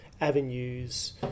avenues